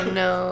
no